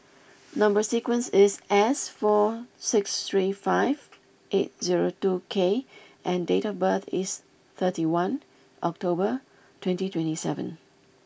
number sequence is S four six three five eight zero two K and date of birth is thirty one October twenty twenty seven